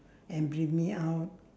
and bring me out